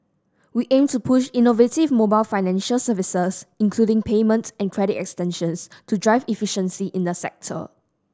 we aim to push innovative mobile financial services including payment and credit extensions to drive efficiency in the sector